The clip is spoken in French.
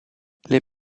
les